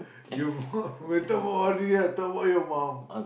you we talk about money ah talk about your mum